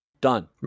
done